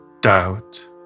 doubt